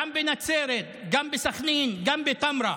גם בנצרת, גם בסח'נין וגם בטמרה,